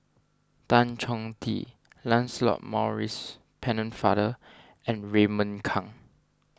Tan Chong Tee Lancelot Maurice Pennefather and Raymond Kang